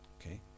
Okay